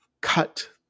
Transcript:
cut